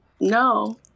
No